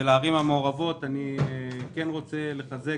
הערים המעורבות אני רוצה לחזק